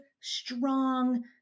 strong